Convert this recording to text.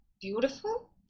beautiful